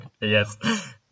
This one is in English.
Yes